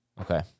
Okay